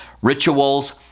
Rituals